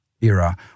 era